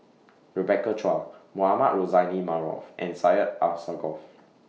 Rebecca Chua Mohamed Rozani Maarof and Syed Alsagoff